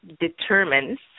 determines